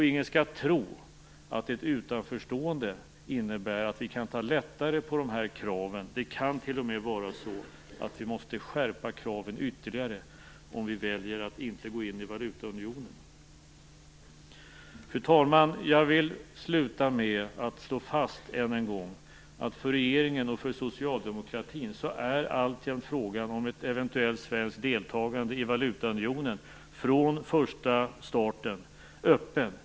Ingen skall tro att ett utanförstående innebär att vi kan ta lättare på dessa krav. Det kan t.o.m. vara så att vi måste skärpa kraven ytterligare om vi väljer att inte gå in i valutaunionen. Fru talman! Jag vill sluta med att än en gång slå fast att för regeringen och Socialdemokraterna är frågan om ett eventuellt svenskt deltagande i valutaunionen från första starten alltjämt öppen.